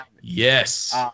Yes